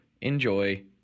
enjoy